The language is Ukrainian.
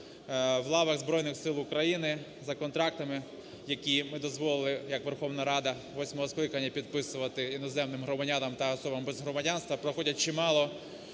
в лавах Збройних Сил України за контрактами, які ми дозволили як Верховна Рада восьмого скликання підписувати іноземним громадянам та особам без громадянства, проходять чимало